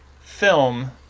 film